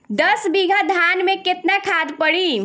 दस बिघा धान मे केतना खाद परी?